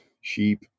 sheep